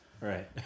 Right